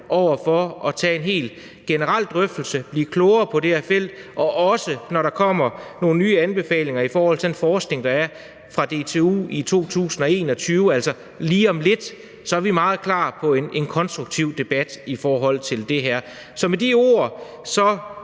over for at tage en helt generel drøftelse og blive klogere på det her felt, og vi er også, når der kommer nogle nye anbefalinger i forhold til den forskning, der er på DTU, i 2021, altså lige om lidt, meget klar på en konstruktiv debat i forhold til det her. Så med de ord ros